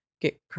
get